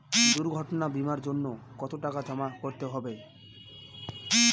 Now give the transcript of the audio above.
দুর্ঘটনা বিমার জন্য কত টাকা জমা করতে হবে?